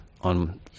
on